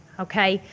okay?